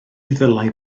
ddylai